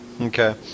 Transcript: Okay